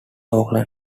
oakland